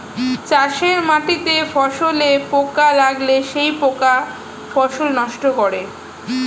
চাষের মাটিতে ফসলে পোকা লাগলে সেই পোকা ফসল নষ্ট করে